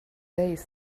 days